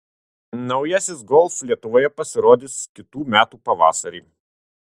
naujasis golf lietuvoje pasirodys kitų metų pavasarį